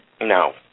No